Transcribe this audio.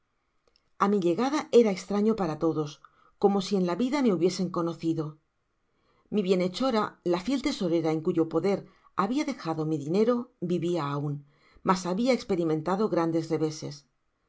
a mi llegada era estrana para todos como si en la vida me h ubiesen conocido mi bienhechora la fiel tesorera en cuyo poder habia dejado mi dinero vivia aun mas habia esperimentado grandes reveses